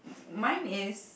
m~ mine is